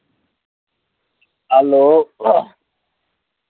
hello